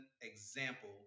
example